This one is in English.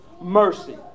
mercy